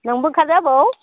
नोंबो ओंखारदो आबौ